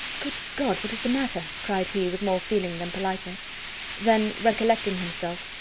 good god! what is the matter? cried he, with more feeling than politeness then recollecting himself,